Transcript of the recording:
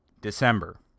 December